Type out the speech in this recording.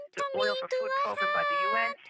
the oil for food program by the un,